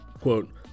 Quote